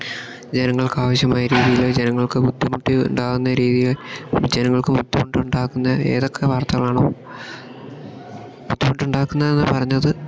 ജനങ്ങൾക്കാവശ്യമായ രീതിയില് ജനങ്ങൾക്ക് ബുദ്ധിമുട്ടി ഉണ്ടാകുന്ന രീതി ജനങ്ങൾക്ക് ബുദ്ധിമുട്ടുണ്ടാക്കുന്നത് ഏതൊക്കെ വാർത്തകളാണോ ബുദ്ധിമുട്ടുണ്ടാക്കുന്നത് എന്ന് പറഞ്ഞത്